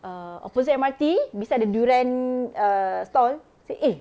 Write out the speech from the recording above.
err opposite M_R_T beside the durian err stall I say eh